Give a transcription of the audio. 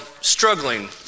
struggling